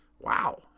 Wow